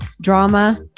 drama